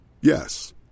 Yes